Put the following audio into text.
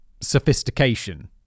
sophistication